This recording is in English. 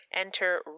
Enter